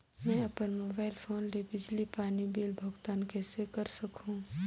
मैं अपन mobile phone ले बिजली पानी बिल भुगतान कइसे कर सकहुं?